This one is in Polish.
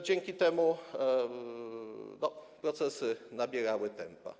Dzięki temu procesy nabierały tempa.